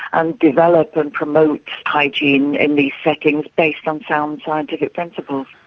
and develop and promote hygiene in these settings based on sound scientific principles.